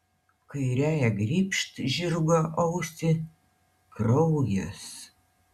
kairiąja grybšt žirgo ausį kraujas